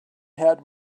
had